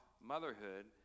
motherhood